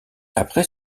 après